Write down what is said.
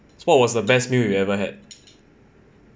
what was the best meal you ever had